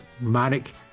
manic